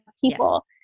people